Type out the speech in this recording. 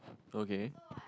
okay